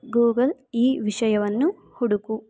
Google ಈ ವಿಷಯವನ್ನು ಹುಡುಕು